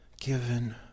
given